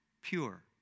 pure